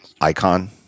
icon